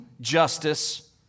justice